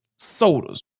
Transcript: sodas